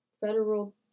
federal